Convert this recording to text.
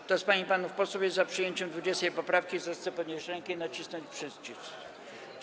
Kto z pań i panów posłów jest za przyjęciem 20. poprawki, zechce podnieść rękę i nacisnąć przycisk.